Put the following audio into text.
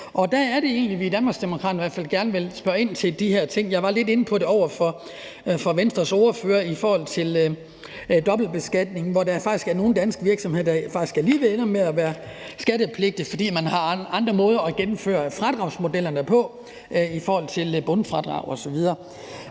hvert fald i Danmarksdemokraterne gerne vil spørge ind til de her ting. Jeg var over for Venstres ordfører lidt inde på det med dobbeltbeskatning, hvor der faktisk er nogle danske virksomheder, der alligevel ender med at være skattepligtige, fordi man har andre måder at gennemføre fradragsmodellerne på i forhold til bundfradrag osv.